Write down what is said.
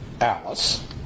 Alice